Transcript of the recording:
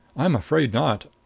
i'm afraid not.